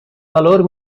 valor